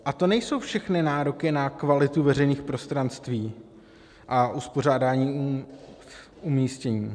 A to nejsou všechny nároky na kvalitu veřejných prostranství a uspořádání umístění.